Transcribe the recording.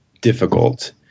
difficult